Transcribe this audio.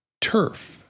turf